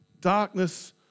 darkness